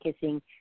kissing